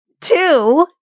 two